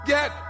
Get